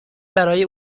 برای